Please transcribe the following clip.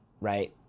right